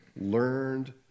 learned